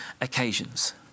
occasions